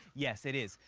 yes, it is.